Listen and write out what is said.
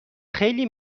خیلی